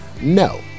No